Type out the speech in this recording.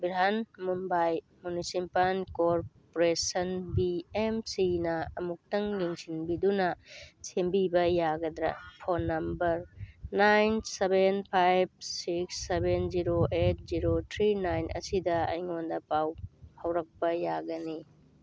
Brihan Mumbai municipal corporation B M ꯁꯤꯅ ꯑꯃꯨꯛꯇꯪ ꯌꯦꯡꯁꯤꯟꯕꯤꯗꯨꯅ ꯁꯦꯝꯕꯤꯕ ꯌꯥꯒꯗ꯭ꯔꯥ phone number nine seven five six seven zero eight zero three nine ꯑꯁꯤꯗ ꯑꯩꯉꯣꯟꯗ ꯄꯥꯎ ꯐꯥꯎꯔꯛꯄ ꯌꯥꯒꯅꯤ